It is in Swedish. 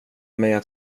mig